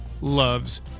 loves